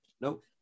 Nope